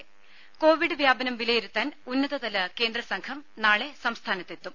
ത കോവിഡ് വ്യാപനം വിലയിരുത്താൻ ഉന്നതതല കേന്ദ്ര സംഘം നാളെ സംസ്ഥാനത്തെത്തും